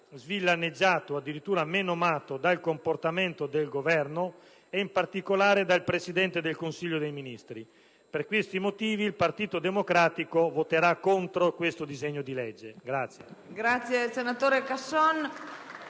svillaneggiato o addirittura menomato dal comportamento del Governo e, in particolare, del Presidente del Consiglio dei ministri. Per questi motivi, il Partito Democratico voterà contro questo disegno di legge.